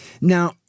now